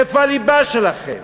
איפה הליבה שלכם?